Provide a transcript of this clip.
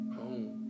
home